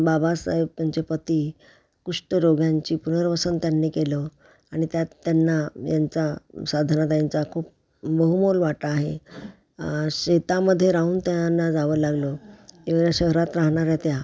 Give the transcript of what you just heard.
बाबासाहेब त्यांचे पती कुष्ठरोग्यांची पुनर्वसन त्यांनी केलं आणि त्यात त्यांना यांचा साधनाताईंचा यांचा खूप बहुमोल वाटा आहे शेतामध्ये राहून त्यांना जावं लागलं एवढ्या शहरात राहणाऱ्या त्या